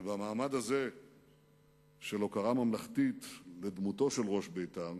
ובמעמד הזה של הוקרה ממלכתית לדמותו של ראש בית"ר,